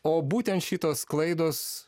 o būtent šitos klaidos